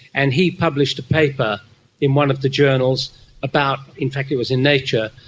and he published a paper in one of the journals about, in fact it was in nature,